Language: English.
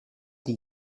did